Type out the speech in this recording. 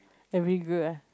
very good ah